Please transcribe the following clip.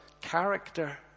character